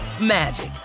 magic